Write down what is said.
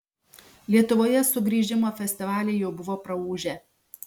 lietuvoje sugrįžimo festivaliai jau buvo praūžę